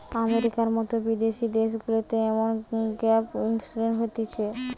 আমেরিকার মতো বিদেশি দেশগুলাতে এমন গ্যাপ ইন্সুরেন্স হতিছে